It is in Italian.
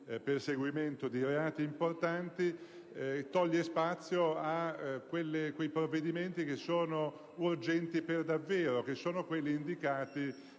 perseguimento di reati importanti, toglie spazio ai provvedimenti che sono urgenti per davvero, che sono quelli indicati